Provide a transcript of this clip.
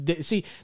See